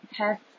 have